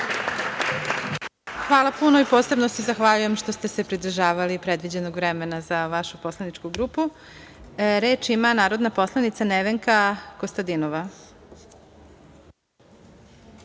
Hvala puno i posebno se zahvaljujem što ste se pridržavali predviđenog vremena za vašu poslaničku grupu. Reč ima narodna poslanica Nevenka Kostadinova.